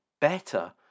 better